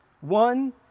One